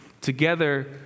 Together